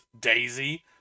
Daisy